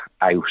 out